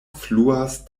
fluas